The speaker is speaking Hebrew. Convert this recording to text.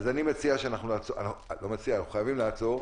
אנחנו חייבים לעצור,